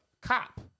cop